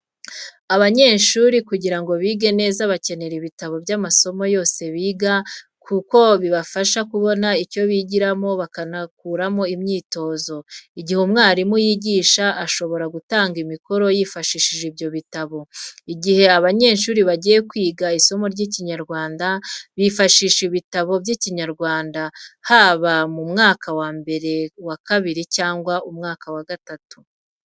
Abanyeshuri kugira ngo bige neza bakenera ibitabo by'amasomo yose biga kuko bibafasha kubona icyo bigiramo bakanakuramo imyitozo. Igihe umwarimu yigisha ashobora gutanga imikoro yifashishije ibyo bitabo. Igihe abanyeshuri bagiye kwiga isomo ry'Ikinyarwanda bifashisha ibitabo by'Ikinyarwanda haba mu mwaka wa mbere, kabiri cyangwa umwaka wa gatatu.